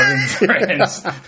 friends